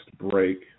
break